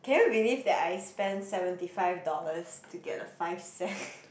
can you believe that I spend seventy five dollars to get a five cent